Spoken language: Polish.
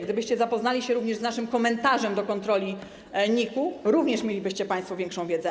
Gdybyście zapoznali się również z naszym komentarzem do kontroli NIK-u, również mielibyście państwo większą wiedzę.